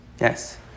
yes